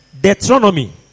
Deuteronomy